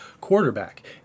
quarterback